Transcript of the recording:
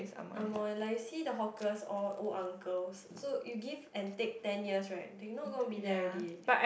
angmoh like see the hawkers all old uncles so you give and take ten years right they will not going there already